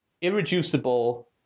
irreducible